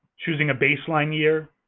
choosing a baseline year.